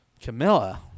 Camilla